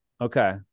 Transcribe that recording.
Okay